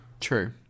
True